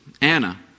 Anna